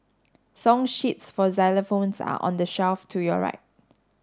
song sheets for xylophones are on the shelf to your right